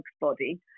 body